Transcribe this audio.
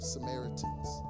Samaritans